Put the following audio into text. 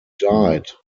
died